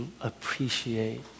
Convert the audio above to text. appreciate